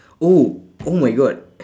oh oh my god